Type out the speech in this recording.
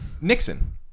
Nixon